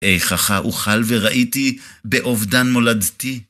איככה אוכל וראיתי באובדן מולדתי.